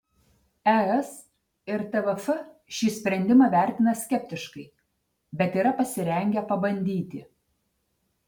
es ir tvf šį sprendimą vertina skeptiškai bet yra pasirengę pabandyti